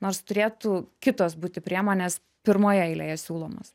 nors turėtų kitos būti priemonės pirmoje eilėje siūlomos